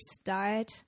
start